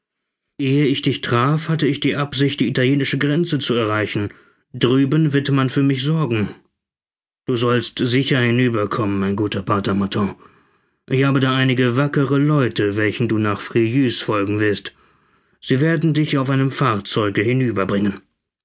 ehe ich dich traf hatte ich die absicht die italienische grenze zu erreichen drüben wird man für mich sorgen du sollst sicher hinüber kommen mein guter pater martin ich habe da einige wackere leute welchen du nach frejus folgen wirst sie werden dich auf einem fahrzeuge